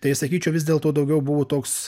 tai sakyčiau vis dėlto daugiau buvo toks